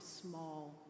small